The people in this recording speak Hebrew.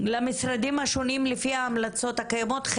למשרדים השונים לפי ההמלצות הקיימות,